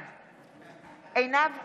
בעד עינב קאבלה,